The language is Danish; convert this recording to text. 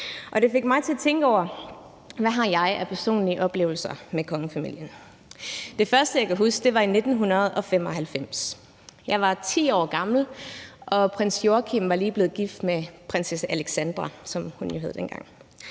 Det fik mig til at tænke over, hvad jeg har af personlige oplevelser med kongefamilien. Det første, jeg kan huske, er fra 1995. Jeg var 10 år gammel, og prins Joachim var lige blevet gift med prinsesse Alexandra,